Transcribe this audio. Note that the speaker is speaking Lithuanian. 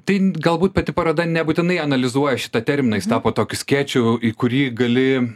tai galbūt pati paroda nebūtinai analizuoja šitą terminą jis tapo tokiu skėčiu į kurį gali